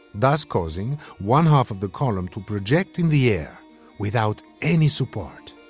thus causing one half of the column to project in the air without any support.